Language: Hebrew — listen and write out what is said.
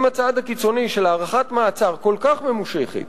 אם הצעד הקיצוני של הארכת מעצר כל כך ממושכת